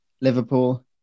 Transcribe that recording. Liverpool